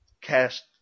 cast